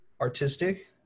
Artistic